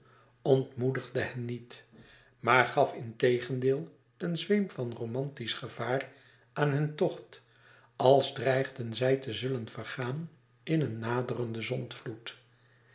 ontmoedigde hen niet maar gaf integendeel een zweem van romantisch gevaar aan hun tocht als dreigden zij te zullen vergaan in een naderenden